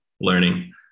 learning